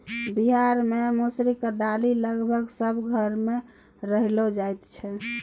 बिहार मे मसुरीक दालि लगभग सब घर मे रान्हल जाइ छै